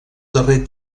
darrer